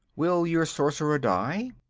will your sorcerer die?